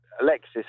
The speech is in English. Alexis